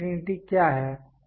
uncertainty क्या है